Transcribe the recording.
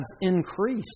increase